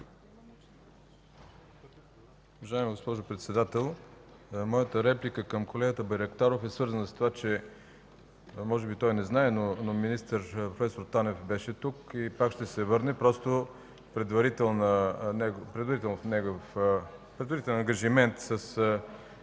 моята реплика към колегата Байрактаров е свързана с това – може би той не знае, че министър проф. Танев беше тук и пак ще се върне. Предварителен ангажимент с